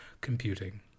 Computing